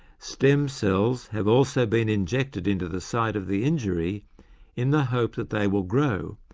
stem cells have also been injected into the site of the injury in the hope that they will grow,